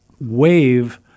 wave